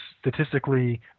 statistically